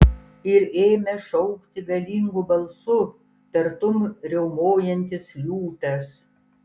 ir ėmė šaukti galingu balsu tartum riaumojantis liūtas